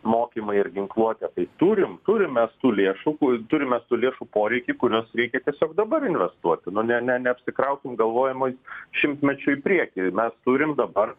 mokymai ir ginkluotė tai turim turim mes tų lėšų turim mes tų lėšų poreikį kurias reikia tiesiog dabar investuoti nu ne neapsikraukim galvojimui šimtmečiui priekį mes turim dabar